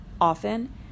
often